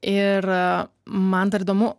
ir man dar įdomu